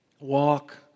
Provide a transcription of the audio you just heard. Walk